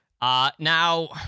Now